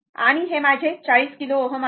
आणि हे माझे 40 किलो Ω आहे